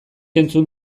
entzun